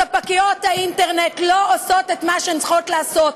ספקיות האינטרנט לא עושות את מה שהן צריכות לעשות,